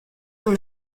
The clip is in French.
dans